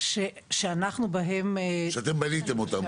שאתם בעצם בניתם אותם.